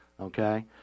okay